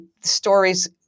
stories